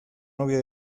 novia